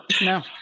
No